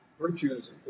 virtues